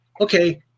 Okay